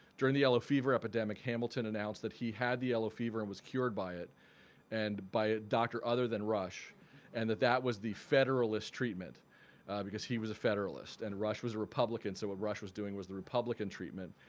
during the yellow fever epidemic hamilton announced that he had the yellow fever and was cured by it and by a doctor other than rush and that that was the federalists' treatment because he was a federalist and rush was a republican so what ah rush was doing was the republican treatment,